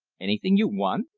anything you want?